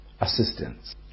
assistance